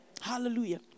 Hallelujah